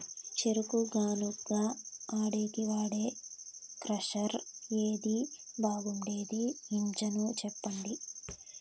చెరుకు గానుగ ఆడేకి వాడే క్రషర్ ఏది బాగుండేది ఇంజను చెప్పండి?